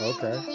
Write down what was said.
Okay